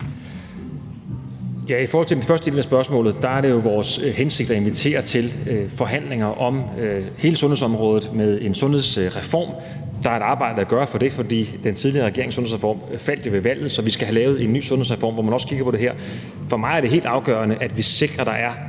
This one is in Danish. I forhold til den første del af spørgsmålet er det jo vores hensigt at invitere til forhandlinger om hele sundhedsområdet med en sundhedsreform, og der er et arbejde at gøre for det, for den tidligere regerings sundhedsreform faldt jo ved valget, så vi skal have lavet en ny sundhedsreform, hvor man også kigger på det her. For mig er det helt afgørende, at vi sikrer, at der er